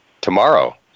tomorrow